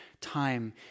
time